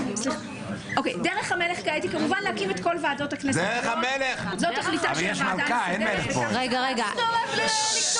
זאת תכליתה של הוועדה המסדרת וכך צריך לעשות.